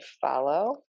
follow